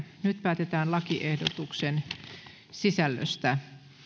nyt päätetään lakiehdotuksen sisällöstä